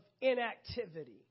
inactivity